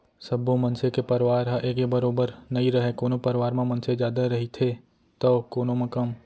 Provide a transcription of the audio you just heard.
सब्बो मनसे के परवार ह एके बरोबर नइ रहय कोनो परवार म मनसे जादा रहिथे तौ कोनो म कम